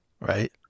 Right